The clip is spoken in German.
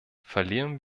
verlieren